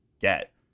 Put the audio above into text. get